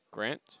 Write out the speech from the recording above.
Grant